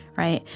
right?